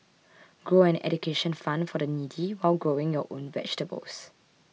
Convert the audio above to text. grow an education fund for the needy while growing your own vegetables